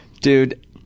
Dude